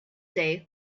day